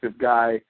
guy